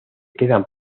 quedan